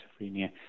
schizophrenia